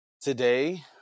today